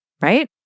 Right